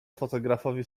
fotografowi